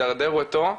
הוא מדרדר אותו.